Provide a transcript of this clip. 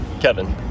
Kevin